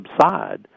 subside